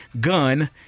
gun